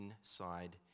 inside